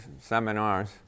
seminars